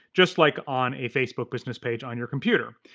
just like on a facebook business page on your computer.